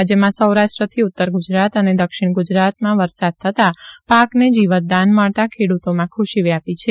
રાજ્યમાં સૌરાષ્ટ્રથી ઉત્તર ગુજરાત અને દક્ષિણ ગુજરાતમાં વરસાદ થતાં પાકને જીવતદાન મળતા ખેડૂતોમાં ખુશી વ્યાપી છે